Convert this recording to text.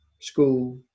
school